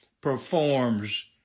performs